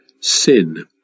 sin